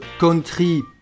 country